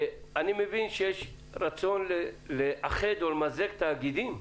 אני מבין שיש רצון לאחד או למזג תאגידים.